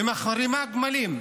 ומחרימה גמלים,